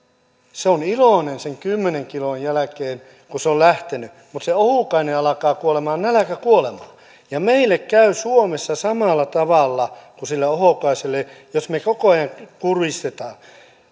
se on iloinen sen kymmenen kilon jälkeen kun se on lähtenyt mutta se ohukainen alkaa kuolemaan nälkäkuolemaa ja meille käy suomessa samalla tavalla kuin sille ohukaiselle jos me koko ajan kurjistamme